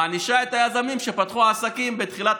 מענישה את היזמים שפתחו עסקים בתחילת